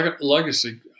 legacy